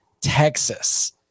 Texas